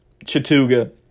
Chattuga